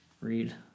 read